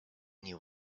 knew